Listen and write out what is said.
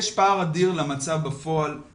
יש פער אדיר במצב בפועל.